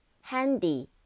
handy